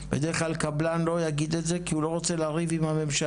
בדרך כלל קבלן לא יגיד את זה כי הוא לא רוצה לריב עם הממשלה.